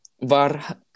VAR